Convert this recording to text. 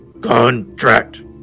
Contract